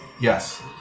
Yes